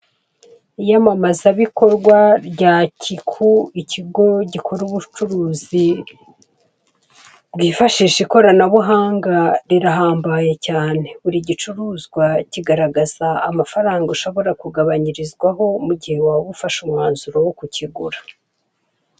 Iyamamaza bikorwa rya kiku, ikigo gikora ubucuruzi bwifashisha ikoranabuhanga rirahambaye cyane, buri gicuruza kigaragaza amafaranga ushobora kugabanyirizwaho mu gihe waba ufashe umwanzuro wo kukigura.